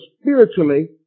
spiritually